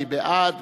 מי בעד?